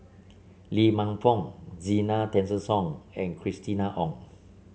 Lee Man Fong Zena Tessensohn and Christina Ong